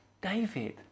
David